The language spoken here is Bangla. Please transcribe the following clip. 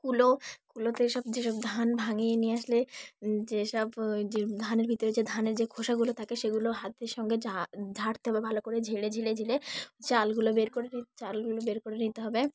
কুলো কুলোতে সব যেসব ধান ভাঙিয়ে নিয়ে আসলে যেসব ওই যে ধানের ভিতরে যে ধানের যে খোসাগুলো থাকে সেগুলো হাতের সঙ্গে ঝা ঝাড়তে হবে ভালো করে ঝেড়ে ঝেড়ে ঝেড়ে চালগুলো বের করে নিয়ে চালগুলো বের করে নিতে হবে